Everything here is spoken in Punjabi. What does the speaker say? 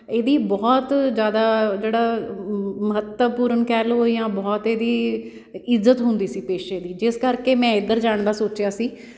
ਇਹਦੀ ਬਹੁਤ ਜ਼ਿਆਦਾ ਜਿਹੜਾ ਮਹੱਤਵਪੂਰਨ ਕਹਿ ਲਉ ਜਾਂ ਬਹੁਤ ਇਹਦੀ ਇੱਜਤ ਹੁੰਦੀ ਸੀ ਪੇਸ਼ੇ ਦੀ ਜਿਸ ਕਰਕੇ ਮੈਂ ਇੱਧਰ ਜਾਣ ਦਾ ਸੋਚਿਆ ਸੀ